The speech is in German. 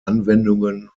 anwendungen